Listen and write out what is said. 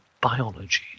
biology